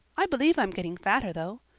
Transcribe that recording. i believe i'm getting fatter, though.